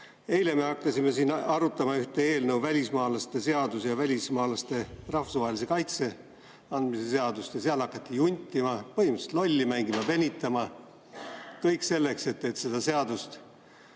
Eile me hakkasime siin arutama ühte eelnõu, välismaalaste seaduse ja välismaalasele rahvusvahelise kaitse andmise seaduse eelnõu, ja hakati juntima, põhimõtteliselt lolli mängima, venitama. Kõik selleks, et seda seadust